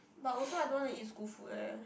but also I don't want to want to eat school food eh